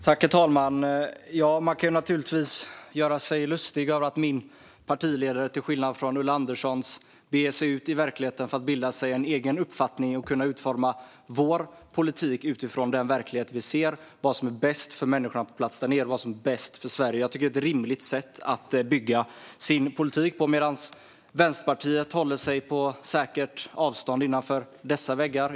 Herr talman! Man kan naturligtvis göra sig lustig över att min partiledare, till skillnad från Ulla Anderssons, beger sig ut i verkligheten för att bilda sig en egen uppfattning och kunna utforma vår politik utifrån den verklighet han ser när det gäller vad som är bäst för människorna på plats där nere och vad som är bäst för Sverige. Jag tycker att det är ett rimligt sätt att bygga sin politik på. Vänsterpartiet håller sig i stället på säkert avstånd innanför dessa väggar.